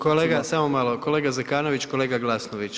Kolega, samo malo, kolega Zekanović, kolega Glasnović.